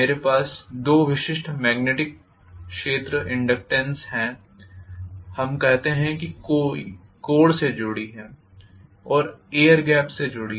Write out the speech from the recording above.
मेरे पास दो विशिष्ट मेग्नेटिक क्षेत्र इंटेन्सिटीस है हम कहते हैं कि कोर से जुड़ी हैं और एयर गेप से जुड़ी हैं